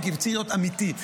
מיקי, וצריך להיות אמיתי.